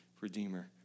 redeemer